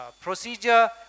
procedure